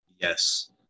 Yes